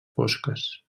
fosques